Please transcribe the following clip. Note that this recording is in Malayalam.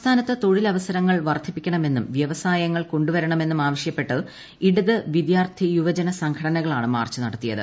സംസ്ഥാനത്ത് തൊഴിലവസരങ്ങൾ വർദ്ധിപ്പിക്കണമെന്നും വ്യവസായങ്ങൾ കൊണ്ടുവരണമെന്നും ആവശ്യപ്പെട്ട് ഇടതു വിദ്യാർത്ഥി യുവജന സംഘടനകളാണ് മാർച്ച് നടത്തിയത്